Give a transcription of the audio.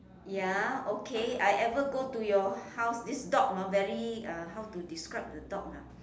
ya okay I ever go to your house this dog hor very uh how to describe your dog ah